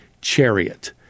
chariot